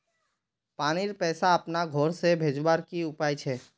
पानीर पैसा अपना घोर से भेजवार की उपाय छे?